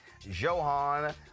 Johan